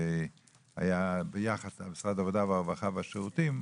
והיה ביחד עם משרד העבודה והרווחה והשירותים,